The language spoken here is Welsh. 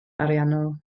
ariannol